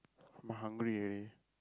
I'm hungry already